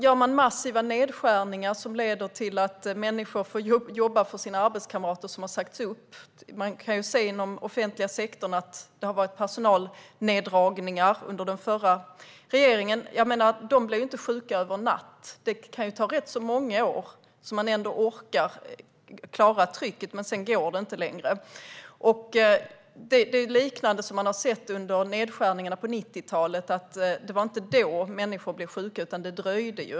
Gör man massiva nedskärningar som leder till att människor får jobba mer för att deras arbetskamrater har sagts upp - det var personalneddragningar i den offentliga sektorn under den förra regeringen - kan det ändå ta rätt många år innan de blir sjuka. Man kan orka med trycket under ganska många år, men sedan går det inte längre. Man har sett liknande saker under nedskärningarna på 1990-talet. Det var inte då människor blev sjuka, utan det dröjde.